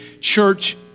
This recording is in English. church